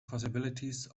possibilities